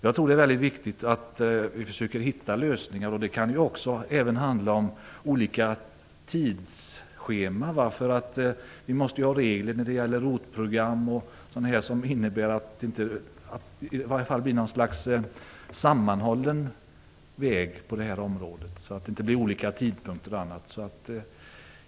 Jag tror att det är viktigt att försöka komma fram till lösningar, som bl.a. kan handla om olika tidsscheman. Vi måste ha regler för ROT-program och andra åtgärder som tillsammans innebär en sammanhållen väg på detta område med en tidsmässig samstämmighet.